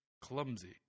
clumsy